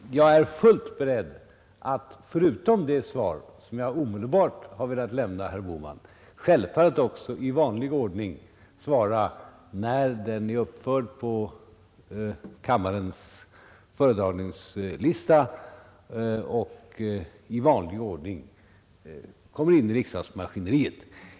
Herr talman! Jag är självfallet fullt beredd att förutom det svar som jag omedelbart här lämnade herr Bohman också besvara interpellationen, när den har blivit uppförd på kammarens föredragningslista och i vanlig ordning kommit in i riksdagsmaskineriet.